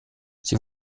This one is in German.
sie